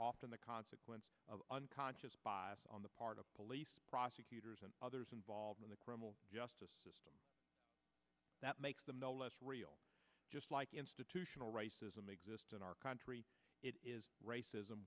often the consequence of unconscious bias on the part of police prosecutors and others involved in the criminal justice system that makes them no less real just like institutional racism exists in our country it is racism